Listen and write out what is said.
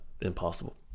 impossible